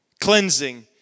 cleansing